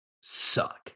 suck